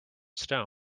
stone